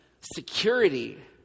security